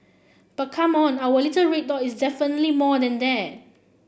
but come on our little red dot is definitely more than that